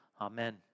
Amen